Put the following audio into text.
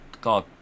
god